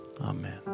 amen